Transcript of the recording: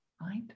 Right